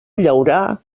llaurà